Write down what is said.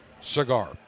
cigar